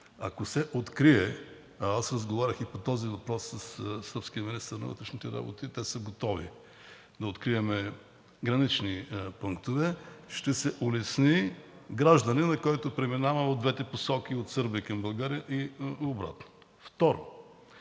ако се открие – аз разговарях и по този въпрос със сръбския министър на вътрешните работи, те са готови да открием гранични пунктове, ще се улесни гражданинът, който преминава в двете посоки – от Сърбия към България и обратно. Второ,